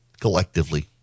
collectively